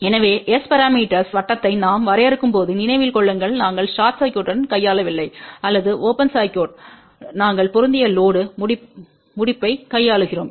எனவே S parameters வட்டத்தை நாம் வரையறுக்கும்போது நினைவில் கொள்ளுங்கள் நாங்கள் ஷார்ட் சர்க்யூட்டன் கையாளவில்லை அல்லது ஓபன் சர்க்யூட் நாங்கள் பொருந்திய லோடு முடிப்பைக் கையாளுகிறோம்